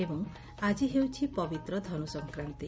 ଏବଂ ଆଜି ହେଉଛି ପବିତ୍ର ଧନୁ ସଂକ୍ରାନ୍ତି